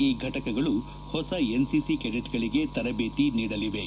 ಈ ಫೆಟಕಗಳು ಹೊಸ ಎನ್ಸಿಸಿ ಕೆಡೆಟ್ಗಳಿಗೆ ತರಬೇತಿ ನೀಡಲಿವೆ